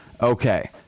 Okay